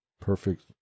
perfect